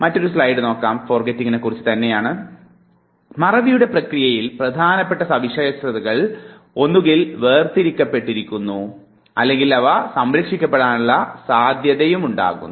ഇപ്പോൾ മറവിയുടെ പ്രക്രിയയിൽ പ്രധാനപ്പെട്ട സവിശേഷതകൾ ഒന്നുകിൽ വേർതിരിക്കപ്പെട്ടിരിക്കുന്നു അല്ലെങ്കിൽ അവ സംരക്ഷിക്കപ്പെടാനുള്ള സാധ്യതയുമുണ്ടാകുന്നു